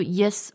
yes